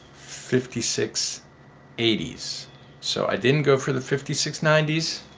fifty six eighty s so i didn't go for the fifty six ninety s